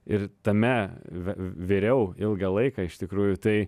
ir tame ve viriau ilgą laiką iš tikrųjų tai